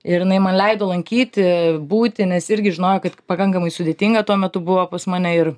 ir jinai man leido lankyti būti nes irgi žinojo kad pakankamai sudėtinga tuo metu buvo pas mane ir